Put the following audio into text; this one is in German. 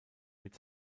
mit